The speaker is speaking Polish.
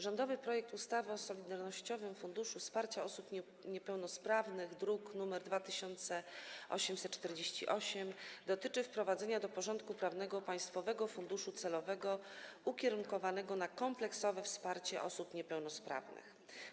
Rządowy projekt ustawy o Solidarnościowym Funduszu Wsparcia Osób Niepełnosprawnych z druku nr 2848 dotyczy wprowadzenia do porządku prawnego państwowego funduszu celowego ukierunkowanego na kompleksowe wsparcie osób niepełnosprawnych.